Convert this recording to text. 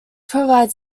provides